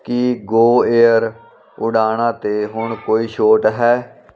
ਕੀ Go Air ਉਡਾਣਾਂ 'ਤੇ ਹੁਣ ਕੋਈ ਛੋਟ ਹੈ